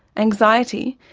anxiety,